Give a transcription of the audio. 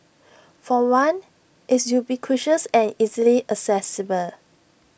for one it's ubiquitous and easily accessible